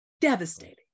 Devastating